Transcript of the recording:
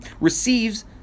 receives